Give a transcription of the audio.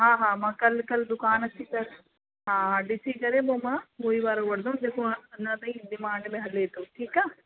हा हा मां कल कल दुकान अचीं करे हा ॾिसीं करे पोइ मां उहोई वारो वठंदमि जेको हा अञा ताईं डिमांड में हले थो ठीकु आहे